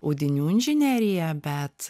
audinių inžineriją bet